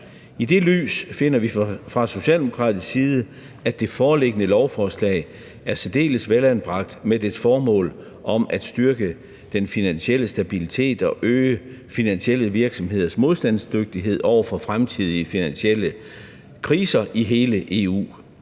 i det lys finder vi fra Socialdemokratiets side, at det foreliggende lovforslag er særdeles velanbragt med dets formål om at styrke den finansielle stabilitet og øge finansielle virksomheders modstandsdygtighed over for fremtidige finansielle kriser i hele EU.